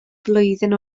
flwyddyn